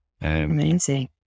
Amazing